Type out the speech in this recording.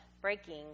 breaking